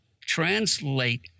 translate